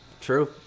True